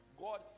God